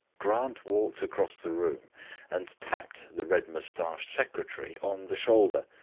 grant walked across the room and tapped the red-moustached secretary on the shoulder.